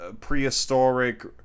prehistoric